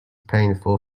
painful